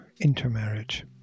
intermarriage